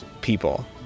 people